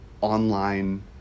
online